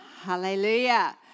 Hallelujah